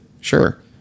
sure